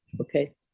okay